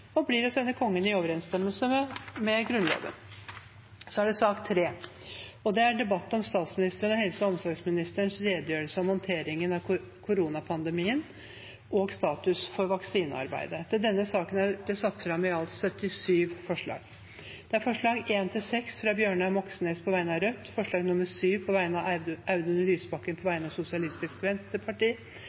og blir å sende Kongen i overensstemmelse med Grunnloven. Under debatten er det satt fram i alt 77 forslag. Det er forslagene nr. 1–6, fra Bjørnar Moxnes på vegne av Rødt forslag nr. 7, fra Audun Lysbakken på vegne av Sosialistisk